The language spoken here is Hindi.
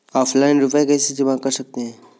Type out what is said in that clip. ऑफलाइन रुपये कैसे जमा कर सकते हैं?